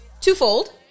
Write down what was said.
twofold